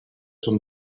son